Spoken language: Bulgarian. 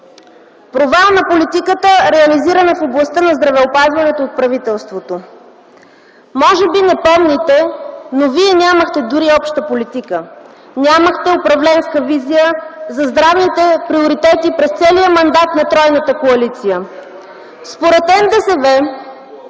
провал на политиката, реализирана в областта на здравеопазването от правителството. Може би не помните, но вие дори нямахте обща политика, нямахте управленска визия за здравните приоритети през целия мандат на тройната коалиция. РЕПЛИКА